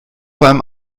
beim